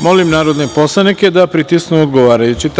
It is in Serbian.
Molim narodne poslanike da pritisnu odgovarajući